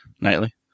nightly